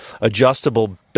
adjustable